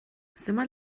zenbat